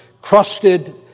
crusted